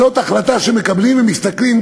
זאת החלטה שמקבלים אם מסתכלים,